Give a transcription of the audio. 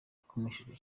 yakomerekejwe